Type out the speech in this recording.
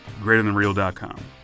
greaterthanreal.com